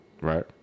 Right